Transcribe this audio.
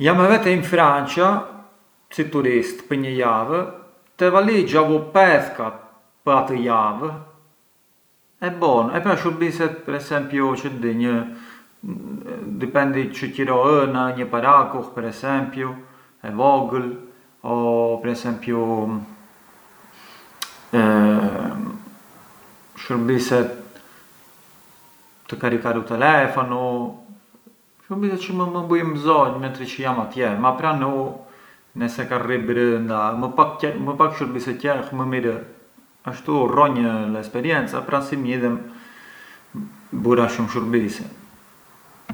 Jam e vete in França, si turist, pë një javë, te valixha vu pethkat pë atë javë e bonu, e pranë shurbiset per esempiu çë di, dipendi çë qëro ë një parakull per esempiu, e vogël, o per esempiu shurbiset të karikar u telefonu, shurbise çë mënd më bujën mbzonjë mentri çë jam atje, pran u ngë se ka rri brënda, më pak shurbise qell, më mirëë, ashtu rronj l’esperienza e pra si mjidhem bura shumë shurbise.